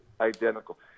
identical